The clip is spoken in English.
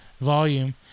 volume